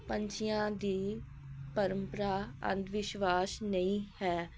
ਪੰਛੀਆਂ ਦੀ ਪਰੰਪਰਾ ਅੰਧ ਵਿਸ਼ਵਾਸ ਨਹੀਂ ਹੈ